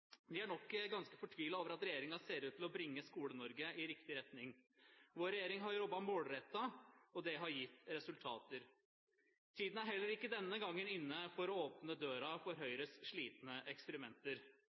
De er nok ganske fortvilet over at regjeringen ser ut til å bringe Skole-Norge i riktig retning. Vår regjering har jobbet målrettet, og det har gitt resultater. Tiden er heller ikke denne gangen inne for å åpne døren for